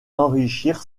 enrichir